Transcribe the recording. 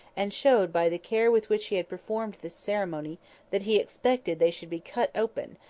and showed by the care with which he had performed this ceremony that he expected they should be cut open,